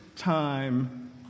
time